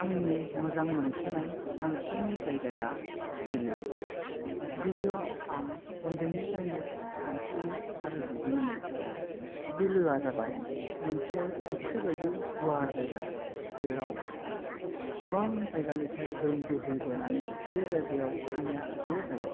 आंनि मोजां मोनसिननाय सानस्रिनायनि जायगाया बिलो बिलोयाव आं उन्दैनिफ्राइनो सानस्रियो आरो दुगैयोमोन बिलोया जाबाय मोनसे फुख्रि बादि गुवार जायगा जेराव गोबां जायगानिफ्राय दै बोहैबोनानै बे जायगायाव दैया ज' जायो